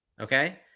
Okay